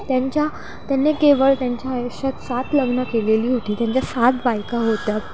त्यांच्या त्यांनी केवळ त्यांच्या आयुष्यात सात लग्न केलेली होती त्यांच्या सात बायका होतात